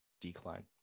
decline